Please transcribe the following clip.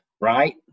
right